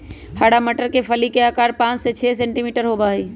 हरा मटर के फली के आकार पाँच से छे सेंटीमीटर होबा हई